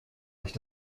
nicht